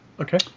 Okay